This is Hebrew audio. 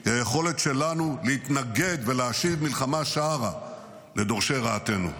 הוא היכולת שלנו להתנגד ולהשיב מלחמה שערה לדורשי רעתנו.